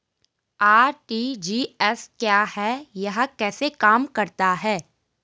RTGS क्या है यह कैसे काम करता है?